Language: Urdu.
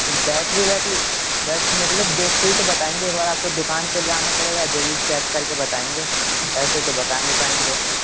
بیٹری ویٹری ویسے مطلب دیکھ کے ہی تو بتائیں گے ایک بار آپ کو دکان پہ لانا پڑے گا جبھی چیک کر کے بتائیں گے ایسے تو بتا نہیں پائیں گے